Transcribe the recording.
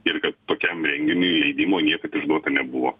ir kad tokiam renginiui leidimo niekad išduota nebuvo